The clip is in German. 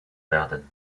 werden